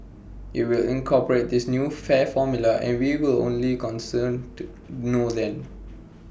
IT will incorporate this new fare formula and we will only concerned know then